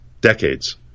decades